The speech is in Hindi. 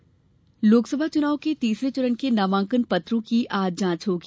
नामांकन जांच लोकसभा चुनाव के तीसरे चरण के नामांकन पत्रों की आज जांच होगी